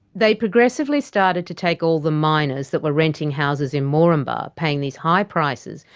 they progressively started to take all the miners that were renting houses in moranbah, paying these high prices,